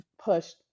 pushed